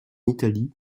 italie